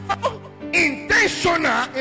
intentional